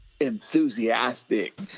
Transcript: enthusiastic